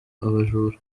abajura